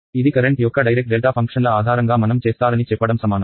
ఇది కరెంట్ యొక్క Dirac delta ఫంక్షన్ల ఆధారంగా మనం చేస్తారని చెప్పడం సమానం